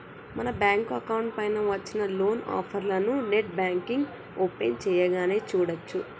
మన bank account పైన వచ్చిన లోన్ ఆఫర్లను నెట్ బ్యాంకింగ్ ఓపెన్ చేయగానే చూడచ్చు